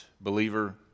believer